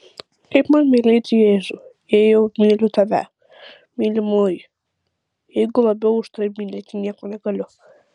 kaip man mylėti jėzų jeigu jau myliu tave mylimoji jeigu labiau už tave mylėti nieko negaliu